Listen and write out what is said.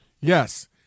Yes